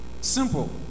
Simple